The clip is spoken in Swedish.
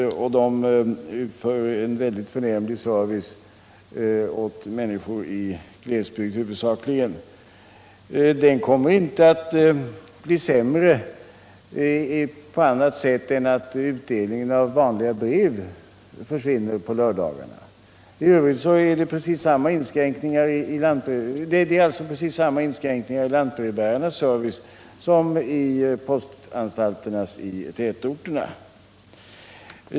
Längs dessa ges en förnämlig service åt människor huvudsakligen i glesbygder, och denna service kommer inte att bli sämre på annat sätt än att utdelningen av vanliga brev på lördagarna upphör. Det är alltså precis samma inskränkning i lantbrevbärarnas service som i postanstalternas i tätorterna.